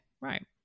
right